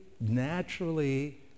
naturally